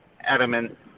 adamant